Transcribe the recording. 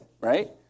right